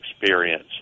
experience